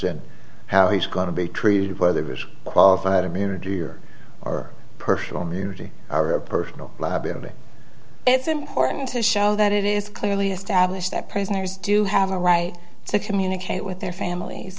in how he's going to be treated by there was qualified immunity here or personal immunity or a personal liability it's important to show that it is clearly established that prisoners do have a right to communicate with their families